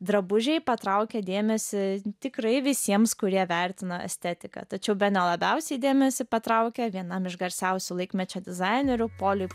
drabužiai patraukia dėmesį tikrai visiems kurie vertina estetiką tačiau bene labiausiai dėmesį patraukė vienam iš garsiausių laikmečio dizainerių poliui